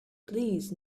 please